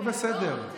הכול בסדר.